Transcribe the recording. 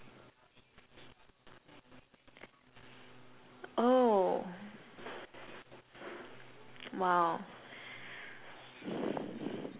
oh !wow!